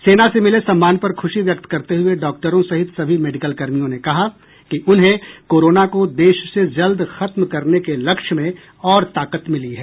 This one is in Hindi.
सेना से मिले सम्मान पर खुशी व्यक्त करते हुए डॉक्टरों सहित सभी मेडिकल कर्मियों ने कहा कि उन्हें कोरोना को देश से जल्द खत्म करने के लक्ष्य में और ताकत मिली है